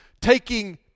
taking